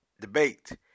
debate